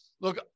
look